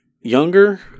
younger